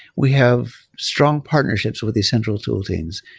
we have strong partnerships with the central tool teams.